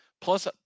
plus